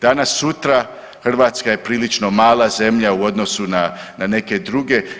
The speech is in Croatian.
Danas sutra, Hrvatska je prilično mala zemlja u odnosu na neke druge.